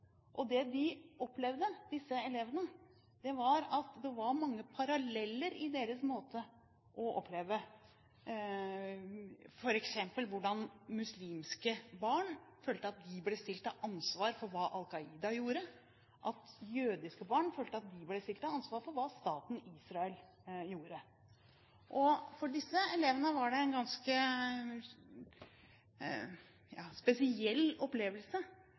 Det disse elevene opplevde, var at det var mange paralleller i hva de opplevde – f.eks. hvordan muslimske barn følte at de ble stilt til ansvar for hva Al Qaida gjorde, og hvordan jødiske barn følte at de ble stilt til ansvar for hva staten Israel gjorde. For disse elevene var det ganske